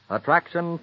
Attraction